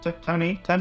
Tony